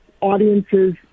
audiences